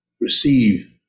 Receive